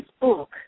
book